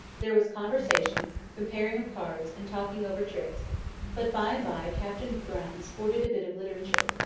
there was conversation, comparing of cards, and talking over tricks but by-and-by captain brown sported a bit of literature.